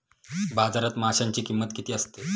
बाजारात माशांची किंमत किती असते?